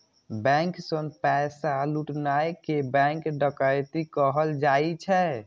bank सं पैसा लुटनाय कें बैंक डकैती कहल जाइ छै